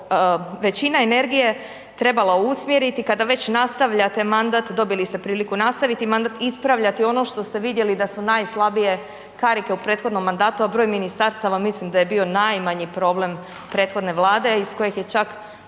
većina energije trebala usmjeriti kada već nastavljate mandat, dobili ste priliku nastaviti mandat, ispravljati ono što ste vidjeli da su najslabije karike u prethodnom mandatu, a broj ministarstava mislim da je bio najmanji problem prethodne vlade iz kojeg je čak